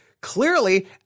Clearly